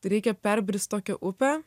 reikia perbrist tokią upę